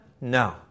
No